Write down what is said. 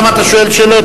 למה אתה שואל שאלות?